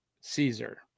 Caesar